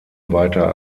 weiter